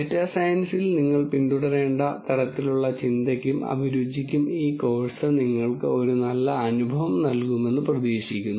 data സയൻസിൽ നിങ്ങൾ പിന്തുടരേണ്ട തരത്തിലുള്ള ചിന്തയ്ക്കും അഭിരുചിയ്ക്കും ഈ കോഴ്സ് നിങ്ങൾക്ക് ഒരു നല്ല അനുഭവം നൽകുമെന്ന് പ്രതീക്ഷിക്കുന്നു